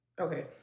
Okay